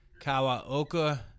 kawaoka